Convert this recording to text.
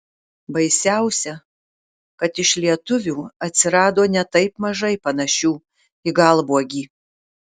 baisiausia kad iš lietuvių atsirado ne taip mažai panašių į galbuogį